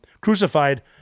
crucified